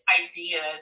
idea